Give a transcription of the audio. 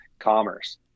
commerce